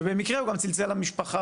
ובמקרה הוא גם צלצל למשפחה